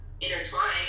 intertwined